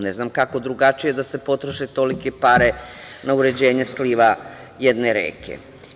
Ne znam kako drugačije da se potroše tolike pare na uređenje sliva jedne reke.